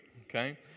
okay